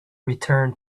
return